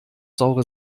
saure